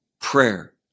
Prayer